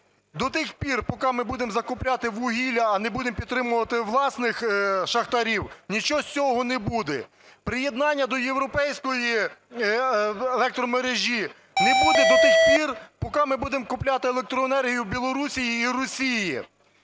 До тих пір, поки ми будемо закупляти вугілля, а не будемо підтримувати власних шахтарів, нічого з цього не буде. Приєднання до європейської електромережі не буде до тих пір, поки ми будемо купляти електроенергію в Білорусі і Росії.